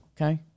Okay